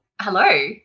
Hello